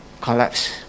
collapse